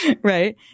right